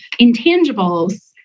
intangibles